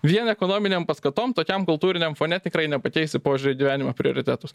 vien ekonominėm paskatom tokiam kultūriniam fone tikrai nepakeisi požiūrio į gyvenimo prioritetus